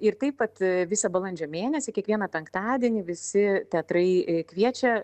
ir taip vat visą balandžio mėnesį kiekvieną penktadienį visi teatrai kviečia